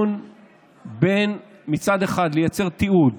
בין מצד אחד לייצר תיעוד